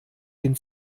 den